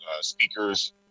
speakers